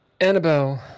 Annabelle